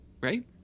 Right